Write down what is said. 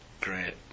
great